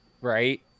right